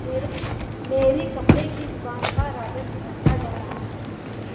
मेरी कपड़े की दुकान का राजस्व घटता जा रहा है